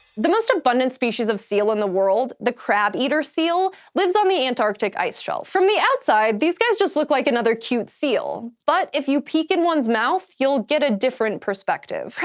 the most abundant species of seal in the world, the crabeater seal, lives on the antarctic ice shelf. from the outside these guys just look like another cute seal, but if you peek in one's mouth, you'll get a different perspective.